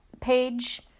page